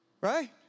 Right